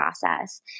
process